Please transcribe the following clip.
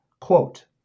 quote